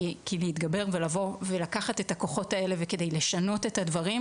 כי להתגבר ולבוא ולקחת את הכוחות האלה וכדי לשנות את הדברים,